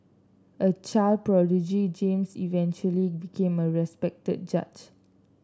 a child prodigy James eventually became a respected judge